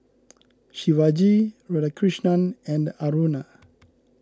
Shivaji Radhakrishnan and Aruna